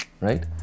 right